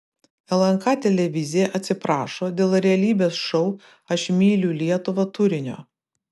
lnk televizija atsiprašo dėl realybės šou aš myliu lietuvą turinio